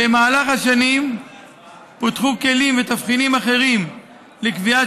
במהלך השנים פותחו כלים ותבחינים אחרים לקביעת